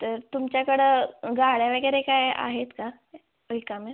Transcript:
तर तुमच्याकडं गाड्या वगैरे काय आहेत का रिकाम्या